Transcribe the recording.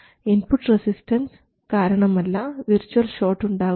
input resistance കാരണമല്ല virtual short ഉണ്ടാകുന്നത്